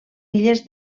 illes